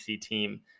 team